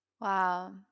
wow